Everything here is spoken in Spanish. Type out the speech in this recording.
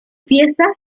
fiesta